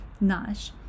nash